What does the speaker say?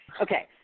Okay